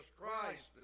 Christ